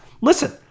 Listen